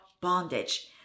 bondage